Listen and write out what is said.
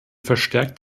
verstärkt